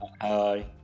Hi